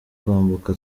kwambuka